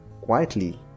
quietly